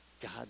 God